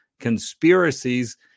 conspiracies